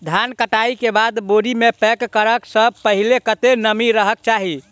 धान कटाई केँ बाद बोरी मे पैक करऽ सँ पहिने कत्ते नमी रहक चाहि?